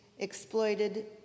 exploited